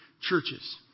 churches